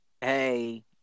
hey